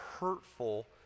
hurtful